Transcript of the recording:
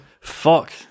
fuck